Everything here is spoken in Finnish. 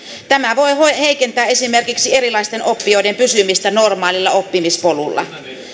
tämä voi heikentää esimerkiksi erilaisten oppijoiden pysymistä normaalilla oppimispolulla